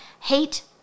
hate